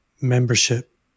membership